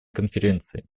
конференции